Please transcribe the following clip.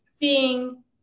seeing